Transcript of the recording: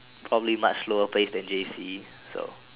probably much slower pace than J_C so